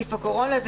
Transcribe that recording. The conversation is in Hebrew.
נגיף הקורונה.